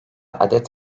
adet